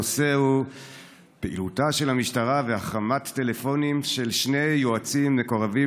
הנושא הוא פעילותה של המשטרה והחרמת טלפונים של שני יועצים מקורבים